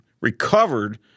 recovered